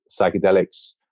psychedelics